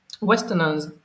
Westerners